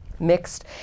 mixed